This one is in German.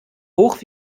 hoch